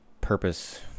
purpose